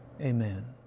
amen